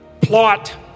plot